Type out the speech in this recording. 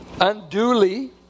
unduly